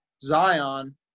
Zion